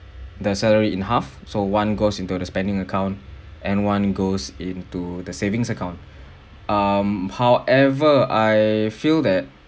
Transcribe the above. the salary in half so one goes into the spending account and one goes into the savings account um however I feel that